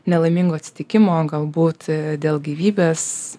nelaimingo atsitikimo galbūt dėl gyvybės